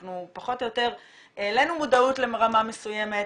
אנחנו פחות או יותר העלנו מודעות לרמה מסוימת,